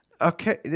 Okay